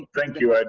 and thank you. um